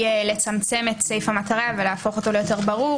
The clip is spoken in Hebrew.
לצמצם את סעיף המטרה ולהפוך אותו ליותר ברור,